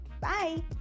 Bye